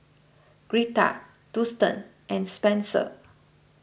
Greta Dustan and Spenser